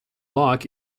lock